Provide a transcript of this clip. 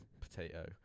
potato